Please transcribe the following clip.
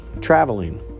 Traveling